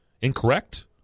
incorrect